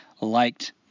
liked